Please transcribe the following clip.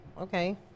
okay